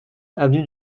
avenue